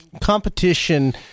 Competition